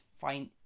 fine